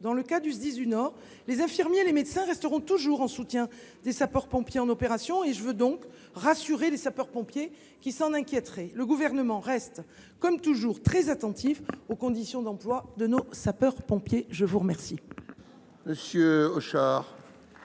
Pour ce qui est du Sdis du Nord, les infirmiers et les médecins resteront toujours en soutien des sapeurs pompiers en opération. Je tiens donc à rassurer les sapeurs pompiers qui s’en inquiéteraient. Le Gouvernement reste, comme toujours, très attentif aux conditions d’emploi de nos sapeurs pompiers. La parole